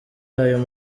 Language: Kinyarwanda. ayo